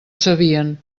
sabien